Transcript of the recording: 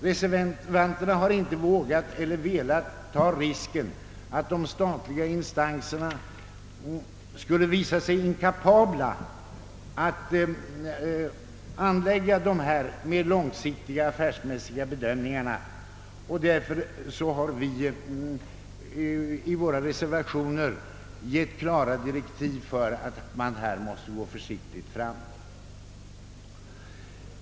Reservanterna har inte vågat eller velat ta risken att de statliga instanserna skall visa sig inkapabla att anlägga mera långsiktiga affärsmässiga bedömningar. Därför har vi i våra reservationer givit klara direktiv för att man här måste gå försiktigt fram.